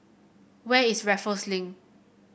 where is Raffles Link